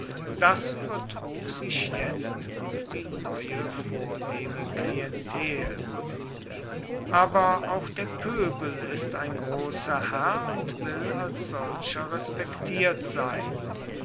das übertrug sich jetzt auf die neue vornehme klientel aber auch der pöbel ist ein großer herr und will als solcher respektiert sein